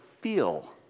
feel